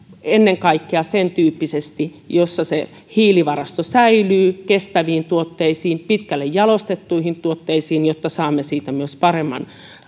ennen kaikkea sen tyyppisesti että se hiilivarasto säilyy kestäviin tuotteisiin pitkälle jalostettuihin tuotteisiin jotta saamme siitä myös paremman